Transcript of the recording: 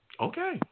Okay